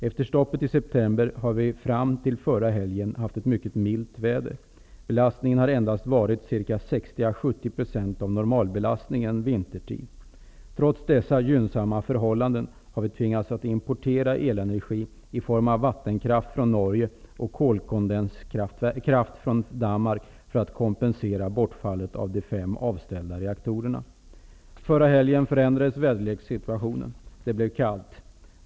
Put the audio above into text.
Efter stoppet i september har vi fram till förra helgen haft ett mycket milt väder. Belastningen har varit endast ca 60 à 70 % av normalbelastningen vintertid. Trots dessa gynnsamma förhållanden har vi tvingats att importera elenergi i form av vattenkraft från Norge och kolkondenskraft från Danmark för att kompensera bortfallet i de fem avställda reaktorerna. Förra helgen förändrades väderlekssituationen. Det blev kallt.